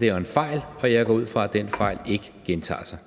det var en fejl, og jeg går ud fra, at den fejl ikke gentager sig.